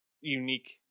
unique